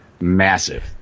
massive